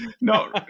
no